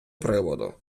приводу